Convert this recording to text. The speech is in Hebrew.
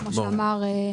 כפי שאמר,